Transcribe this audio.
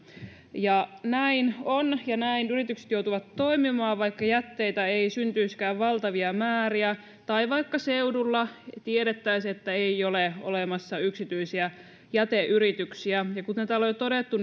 näin on ja näin yritykset joutuvat toimimaan vaikka jätteitä ei syntyisikään valtavia määriä tai vaikka seudulla tiedettäisiin että ei ole olemassa yksityisiä jäteyrityksiä kuten täällä on jo todettu